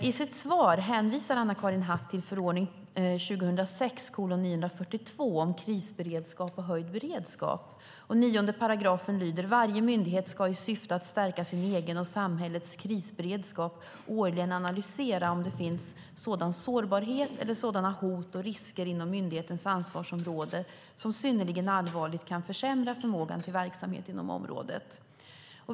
I sitt svar hänvisar Anna-Karin Hatt till förordning om krisberedskap och höjd beredskap, och i 9 § i förordningen står: "Varje myndighet ska i syfte att stärka sin egen och samhällets krisberedskap årligen analysera om det finns sådan sårbarhet eller sådana hot och risker inom myndighetens ansvarsområde som synnerligen allvarligt kan försämra förmågan till verksamhet inom området."